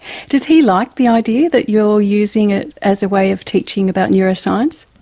does he like the idea that you are using it as a way of teaching about neuroscience?